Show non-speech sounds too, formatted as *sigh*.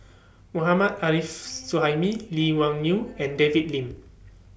*noise* Mohammad Arif Suhaimi Lee Wung Yew and David Lim